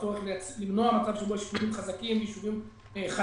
הצורך למנוע מצב שבו יש יישובים חזקים ויישובים חלשים,